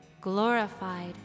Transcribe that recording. glorified